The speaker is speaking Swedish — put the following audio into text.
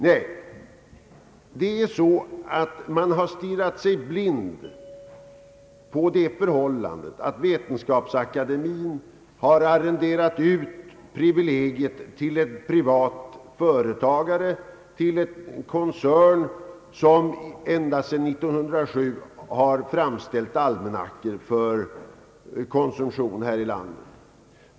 Nej, man har stirrat sig blind på det förhållandet att Vetenskapsakademien har arrenderat ut privilegiet till ett privatföretag — en koncern som ända sedan 1906 har framställt almanackor för konsumtion här i landet.